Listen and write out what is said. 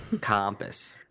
Compass